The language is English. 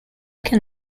can